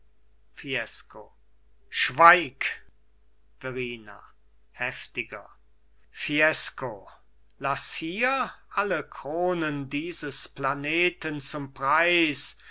fiesco schweig verrina heftiger fiesco laß hier alle kronen dieses planeten zum preis